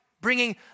bringing